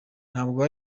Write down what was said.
ntabwo